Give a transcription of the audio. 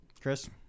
Chris